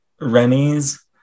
Rennies